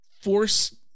Force